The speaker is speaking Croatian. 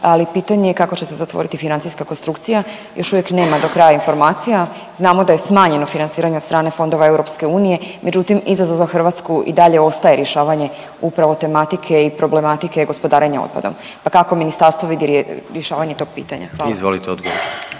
ali pitanje je kako će se zatvoriti financijska konstrukcija. Još uvijek nema do kraja informacija, znamo da je smanjeno financiranje od strane fondova EU, međutim izazov za Hrvatsku i dalje ostaje rješavanje upravo tematike i problematike gospodarenja otpadom, pa kako ministarstvo vidi rješavanje tog pitanja? Hvala.